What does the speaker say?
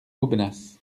aubenas